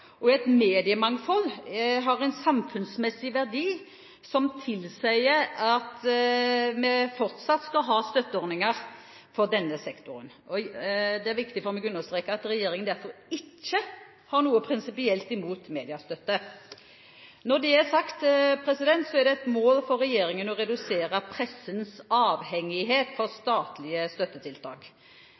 Et mediemangfold har en samfunnsmessig verdi som tilsier at vi fortsatt skal ha støtteordninger for denne sektoren. Det er viktig for meg å understreke at regjeringen derfor ikke har noe prinsipielt imot mediestøtte. Når det er sagt, er det et mål for regjeringen å redusere pressens avhengighet av statlige støttetiltak.